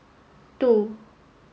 two